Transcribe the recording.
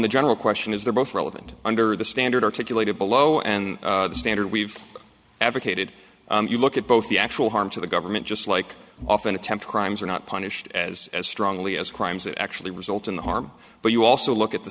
the general question is they're both relevant under the standard articulated below and the standard we've advocated you look at both the actual harm to the government just like often attempt crimes are not punished as strongly as crimes that actually result in harm but you also look at the